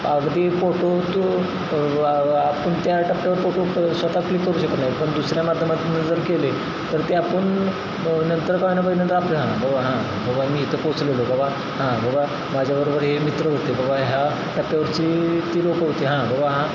अगदी फोटो तो आपण त्या टप्प्यावर फोटो स्वतः क्लिक करू शकत नाही पण दुसऱ्या माध्यमात जर केले तर ते आपण नंतर कोणाला बघितल्यानंतर आपलं हां बाबा हां बाबा मी इथं पोचलेलो बाबा हां बाबा माझ्याबरोबर हे मित्र होते बाबा ह्या टप्प्यावरची ती लोक होते हां बाबा हां